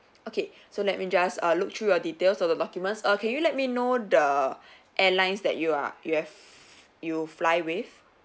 okay so let me just err look through your details of the documents err can you let me know the airlines that you are you have you fly with